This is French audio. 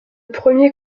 premier